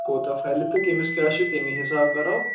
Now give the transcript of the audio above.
کوٗتاہ پھلہِ تہٕ کٔمِس کیٛاہ چھُ تمی حِساب کرو